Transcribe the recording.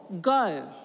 go